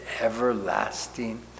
everlasting